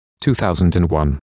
2001